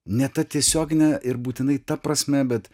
ne ta tiesiogine ir būtinai ta prasme bet